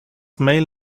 mail